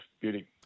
beauty